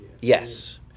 Yes